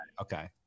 Okay